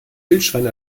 wildschwein